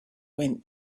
wine